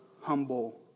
humble